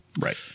Right